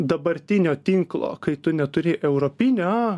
dabartinio tinklo kai tu neturi europinio